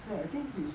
ya I think he's